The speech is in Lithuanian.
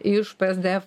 iš p es d f